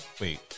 wait